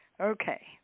okay